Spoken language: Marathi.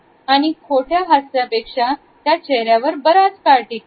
आणि खोट्या हास्य पेक्षा त्या चेहऱ्यावर र्याच काळ टिकतात